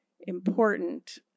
important